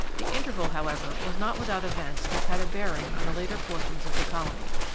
the interval, however, was not without events which had a bearing on the later fortunes of the colony.